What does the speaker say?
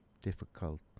difficult